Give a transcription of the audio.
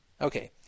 Okay